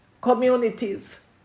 communities